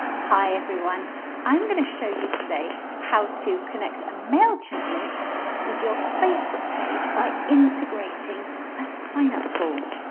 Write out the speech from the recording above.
hi everyone i'm going to show you today how to connect a mailchimp list with your facebook page by integrating a signup form.